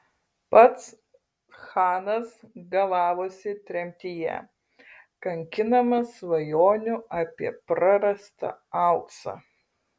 pats chanas galavosi tremtyje kankinamas svajonių apie prarastą auksą